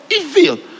evil